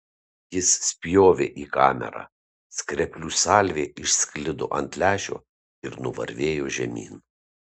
jis spjovė į kamerą skreplių salvė išsklido ant lęšio ir nuvarvėjo žemyn